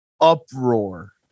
uproar